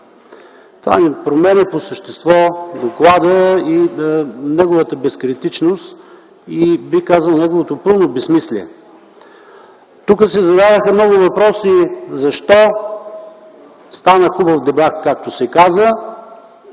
Това не променя по същество доклада и неговата безкритичност – бих казал, неговото пълно безсмислие. Тук се задаваха много въпроси. Защо стана хубав дебат, както се каза?